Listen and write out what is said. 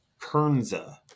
Kernza